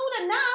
enough